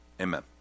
amen